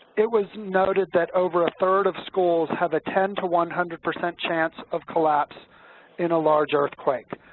it was noted that over a third of schools have a ten to one hundred percent chance of collapse in a large earthquake.